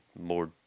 more